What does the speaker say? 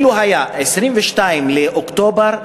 אם זה ב-22 באוקטובר,